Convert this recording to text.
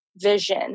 vision